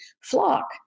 flock